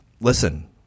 listen